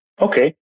Okay